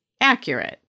accurate